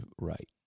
right